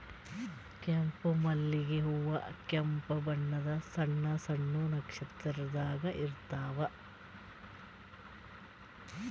ಕೆಂಪ್ ಮಲ್ಲಿಗ್ ಹೂವಾ ಕೆಂಪ್ ಬಣ್ಣದ್ ಸಣ್ಣ್ ಸಣ್ಣು ನಕ್ಷತ್ರ ಆಕಾರದಾಗ್ ಇರ್ತವ್